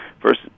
first